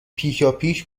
پیشاپیش